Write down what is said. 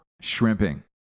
Shrimping